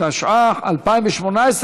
התשע"ח 2018,